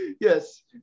Yes